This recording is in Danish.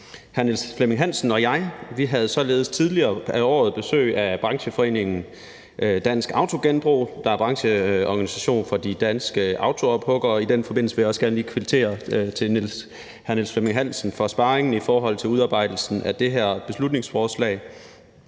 Hr. Niels Flemming Hansen og jeg havde således tidligere på året besøg af brancheforeningen Dansk Autogenbrug, der er brancheorganisation for de danske autoophuggere. I den forbindelse vil jeg også gerne lige kvittere over for hr. Niels Flemming Hansen for sparring i forbindelse med udarbejdelsen af det her beslutningsforslag.